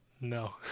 No